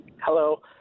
Hello